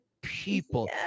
people